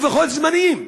לפחות זמניים.